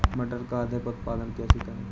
मटर का अधिक उत्पादन कैसे करें?